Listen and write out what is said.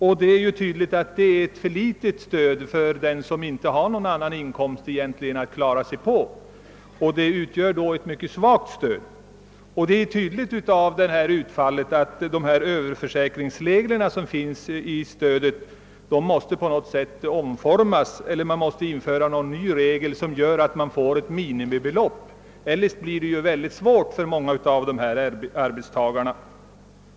Och det är ju tydligt att detta är en för liten inkomst för den som inte har något annat att klara sig på. Stödet blir alltså synnerligen svagt. Mot denna bakgrund framstår det som klart att överförsäkringsreglerna på något sätt måste omformas eller någon ny regel införas som anger ett minimibelopp. Eljest blir det stora svårigheter för dem det gäller.